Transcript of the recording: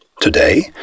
Today